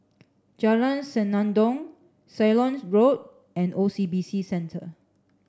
Jalan Senandong Ceylon Road and O C B C Centre